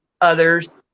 others